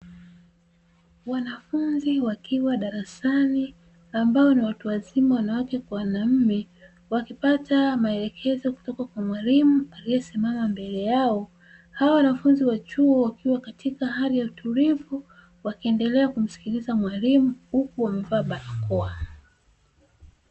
Wanafunzi wakiwa darasani ambao ni watu wazima wanawake kwa wanaume, wakipata maelekezo kutoka kwa mwalimu aliesimama mbele yao. Hawa wanafunzi wa chuo wakiwa katika hali ya utulivu wakiendelea kumsikiliza mwalimu huku wamevaa barakoa.